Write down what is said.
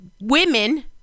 women